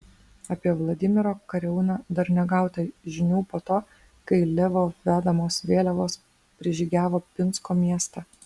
apie vladimiro kariauną dar negauta žinių po to kai levo vedamos vėliavos prižygiavo pinsko miestą